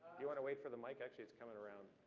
you wanna wait for the mic, actually, it's coming around.